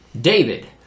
David